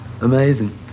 amazing